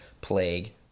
plague